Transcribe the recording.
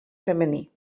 femení